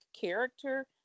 character